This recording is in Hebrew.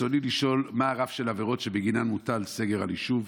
ברצוני לשאול: 1. מה הרף של עבירות שבגינן מוטל סגר על יישוב?